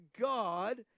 God